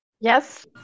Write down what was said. Yes